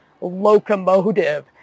locomotive